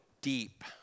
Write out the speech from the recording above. deep